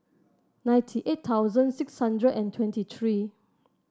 ninety eight thousand six hundred and twenty three